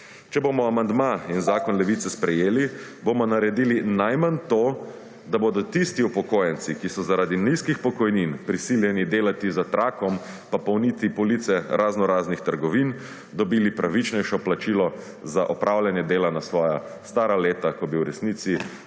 Če bomo amandma in zakon Levice sprejeli bomo naredili najmanj to, da bodo tisti upokojenci, ki so zaradi nizkih pokojnin prisiljeni delati za trakom pa polniti police razno raznih trgovin, dobili pravičnejše pravilo za opravljanje dela na svoja stara leta, ko bi v resnici